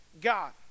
God